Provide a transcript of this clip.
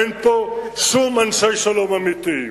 אין פה שום אנשי שלום אמיתיים.